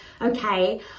okay